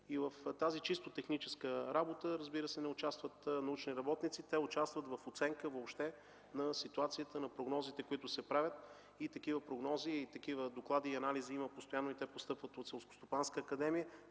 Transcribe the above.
В тази чисто техническа работа, разбира се, не участват научни работници, те участват в оценка въобще на ситуацията, на прогнозите, които се правят. Такива прогнози, доклади и анализи има постоянно и те постъпват от Селскостопанска академия